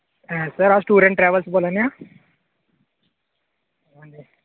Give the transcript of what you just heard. sir अस student travels बोल्ला ने आं